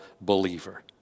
believer